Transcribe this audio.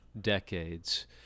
decades